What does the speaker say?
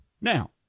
Now